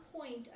point